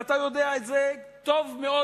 ואתה יודע את זה טוב מאוד,